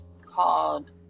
called